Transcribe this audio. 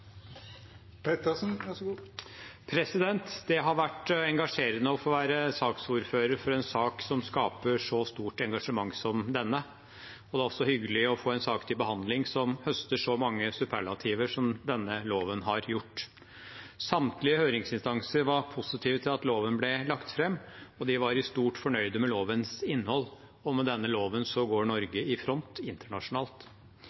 som skaper så stort engasjement som denne, og det er også hyggelig å få til behandling en sak som høster så mange superlativer som denne loven har gjort. Samtlige høringsinstanser var positive til at loven ble lagt fram, og de var i stort fornøyde med lovens innhold, og med denne loven går